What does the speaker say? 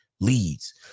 leads